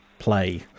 play